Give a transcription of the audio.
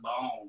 bone